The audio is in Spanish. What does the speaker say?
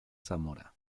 zamora